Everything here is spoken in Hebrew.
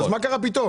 אז מה קרה פתאום?